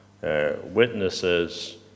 witnesses